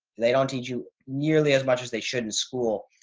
they don't teach you nearly as much as they should in school.